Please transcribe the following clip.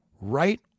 right